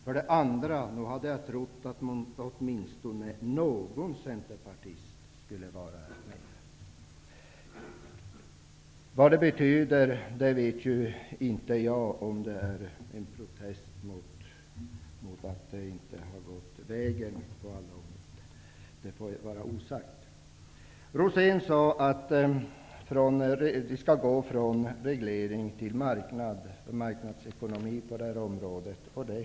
För det andra är det anmärkningsvärt att inte någon centerpartist deltar i debatten. Jag vet inte vad detta betyder, om det är en protest mot att det hela inte har gått vägen.